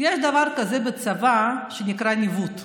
יש דבר כזה בצבא שנקרא ניווט?